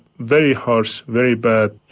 very harsh, very bad.